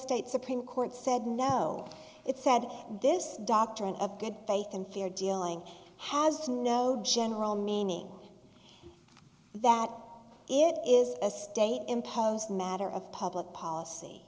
states supreme court said no it said this doctrine of good faith and fair dealing has no general meaning that it is a state imposed matter of public policy